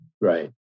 Right